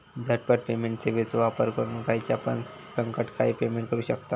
झटपट पेमेंट सेवाचो वापर करून खायच्यापण संकटकाळी पेमेंट करू शकतांव